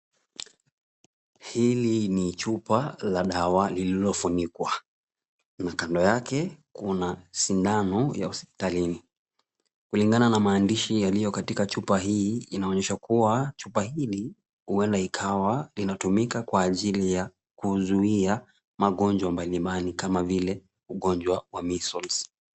Hili ni chupa la dawa lililofunikwa na kando yake kuna sindano ya hospitalini. Kulingana na maandishi yaliyo katika chupa hii, inaonyesha kuwa chupa hili huenda ikawa linatumika kwa ajili ya kuzuia magonjwa mbalimbali kama vile, ugonjwa wa measles .